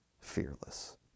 fearless